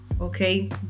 Okay